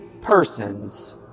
persons